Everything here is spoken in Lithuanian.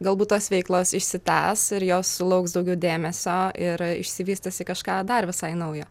galbūt tos veiklos išsitęs ir jos sulauks daugiau dėmesio ir išsivystis į kažką dar visai naujo